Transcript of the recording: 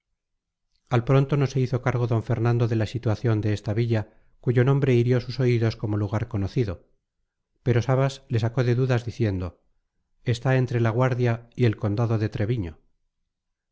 al pronto no se hizo cargo d fernando de la situación de esta villa cuyo nombre hirió sus oídos como lugar conocido pero sabas le sacó de dudas diciendo está entre la guardia y el condado de treviño